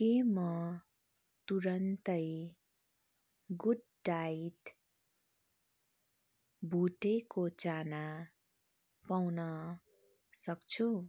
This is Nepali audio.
के म तुरुन्तै गुडडायट भुटेको चाना पाउनसक्छु